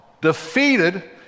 defeated